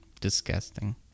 Disgusting